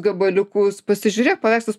gabaliukus pasižiūrėk paveikslus